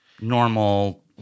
normal